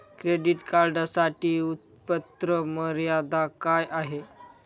Credit कार्डसाठी उत्त्पन्न मर्यादा काय आहे?